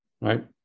Right